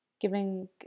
giving